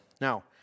Now